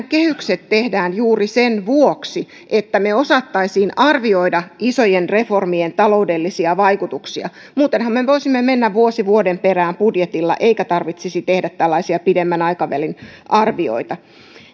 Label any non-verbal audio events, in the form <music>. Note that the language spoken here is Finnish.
<unintelligible> kehykset tehdään juuri sen vuoksi että me osaisimme arvioida isojen reformien taloudellisia vaikutuksia muutenhan me voisimme mennä vuosi vuoden perään budjetilla eikä tarvitsisi tehdä tällaisia pidemmän aikavälin arvioita